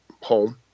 home